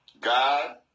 God